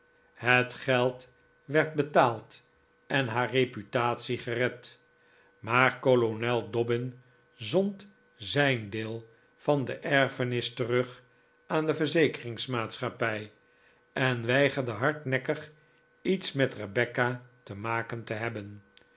het geld werd betaald en haar reputatie gered maar kolonel dobbin zond zijn deel van de erfenis terug aan de verzekeringsmaatschappij en weigerde hardnekkig iets met rebecca te maken te hebben